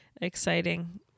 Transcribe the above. exciting